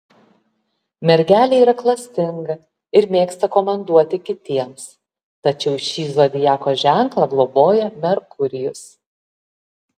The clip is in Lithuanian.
mergelė yra klastinga ir mėgsta komanduoti kitiems tačiau šį zodiako ženklą globoja merkurijus